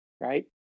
right